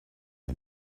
wir